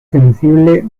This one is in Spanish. sensible